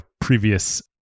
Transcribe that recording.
previous